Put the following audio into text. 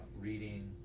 reading